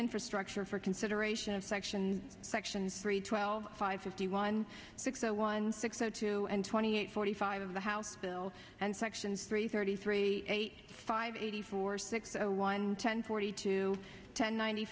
infrastructure for consideration of section sections three twelve five fifty one six zero one six zero two and twenty eight forty five of the house bill and sections three thirty three eight five eighty four six one ten forty two ten ninety